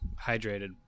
hydrated